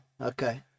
Okay